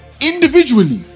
individually